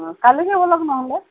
অঁ কালি কে বলক নহ'লে